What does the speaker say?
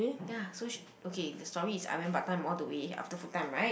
ya so she okay the story is I went part-time all the way after full-time right